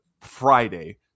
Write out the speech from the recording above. Friday